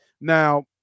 Now